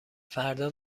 فردا